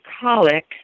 colic